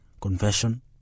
confession